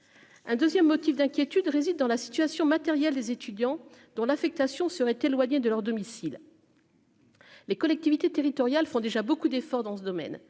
un 2ème motif d'inquiétude réside dans la situation matérielle des étudiants dont l'affectation serait éloigné de leur domicile. Les collectivités territoriales font déjà beaucoup d'efforts dans ce domaine,